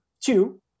two